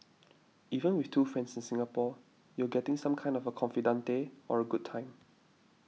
even with two friends in Singapore you're getting some kind of a confidante or a good time